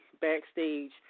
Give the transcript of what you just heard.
backstage